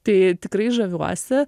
tai tikrai žaviuosi